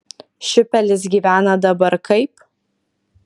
šiupelis gyvena dabar kaip